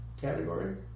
category